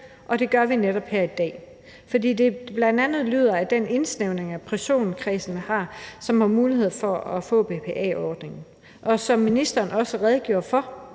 og det gør vi netop her i dag. For det lyder bl.a. til, at der er en indsnævring af personkredsen, som har muligheder for at få BPA-ordningen. Og som ministeren også redegjorde for,